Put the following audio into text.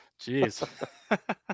Jeez